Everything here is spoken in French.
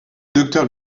docteur